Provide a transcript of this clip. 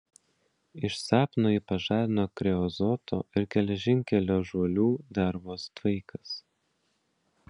iš sapno jį pažadino kreozoto ir geležinkelio žuolių dervos tvaikas